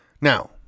Now